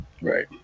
Right